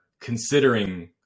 considering